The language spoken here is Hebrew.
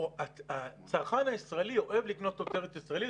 הצרכן הישראלי אוהב לראות תוצרת ישראלית,